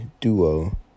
Duo